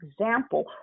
example